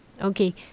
Okay